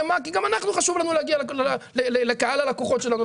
מה כי גם לנו חשוב להגיע לקהל הלקוחות שלנו,